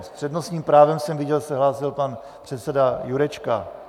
S přednostním právem jsem viděl, hlásil se pan předseda Jurečka.